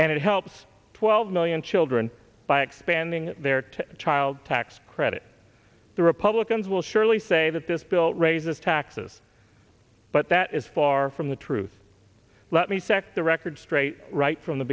and it helps twelve million children by expanding their to child tax credit the republicans will surely say that this bill raises taxes but that is far from the truth let me sec the record straight right from the